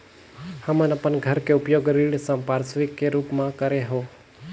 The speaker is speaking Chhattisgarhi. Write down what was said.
हमन अपन घर के उपयोग ऋण संपार्श्विक के रूप म करे हों